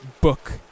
book